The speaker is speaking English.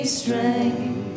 strength